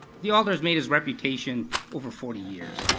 the alder has made his reputation over forty years.